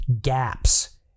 gaps